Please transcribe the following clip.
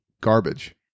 garbage